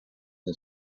the